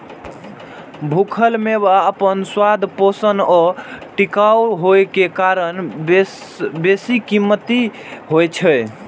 खूखल मेवा अपन स्वाद, पोषण आ टिकाउ होइ के कारण बेशकीमती होइ छै